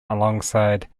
alongside